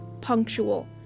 punctual